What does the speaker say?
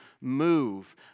move